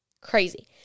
crazy